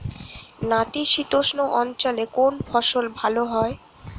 নাতিশীতোষ্ণ অঞ্চলে কোন ফসল ভালো হয়?